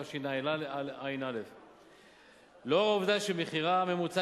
התשע"א 2011. לאור העובדה שמחירה הממוצע